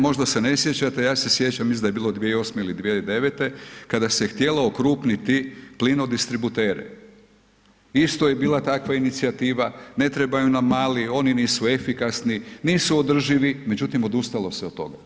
Možda se ne sjećate, ja se sjećam isto je bilo 2008. ili 2009. kada se htjelo okrupniti plinodistributere, isto je bila takva inicijativa, ne trebaju nam mali, oni nisu efikasni, nisu održivi, međutim, odustalo se od toga.